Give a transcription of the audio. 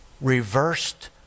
reversed